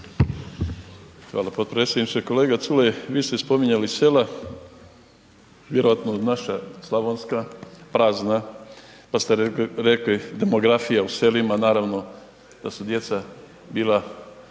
Hvala potpredsjedniče. Kolega Culej vi ste spominjali sela, vjerojatno naša slavonska prazna pa ste rekli demografija u selima, naravno da su djeca bila